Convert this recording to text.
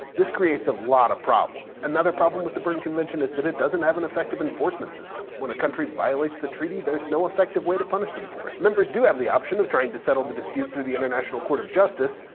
this creates a lot of problems. another problem with the berne convention is that it doesn't have an effective enforcement system. when a country violates the treaty, there's no effective way to punish them for it. members do have the option of trying to settle the dispute through the international court of justice,